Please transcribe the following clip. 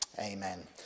Amen